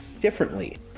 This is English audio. differently